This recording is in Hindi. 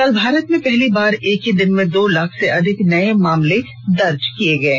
कल भारत में पहली बार एक ही दिन में दो लाख से अधिक नये मामले दर्ज किये गये